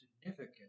significant